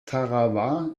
tarawa